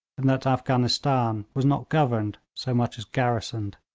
and that afghanistan was not governed so much as garrisoned.